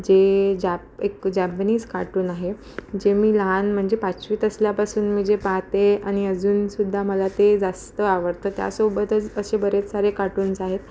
जे जॅ एक जॅबनीच कार्टून आहे जे मी लहान म्हणजे पाचवीत असल्यापासून मी जे पाहते आणि अजूनसुद्धा मला ते जास्त आवडतं त्यासोबतच असे बरेच सारे कार्टुन्स आहेत